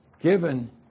given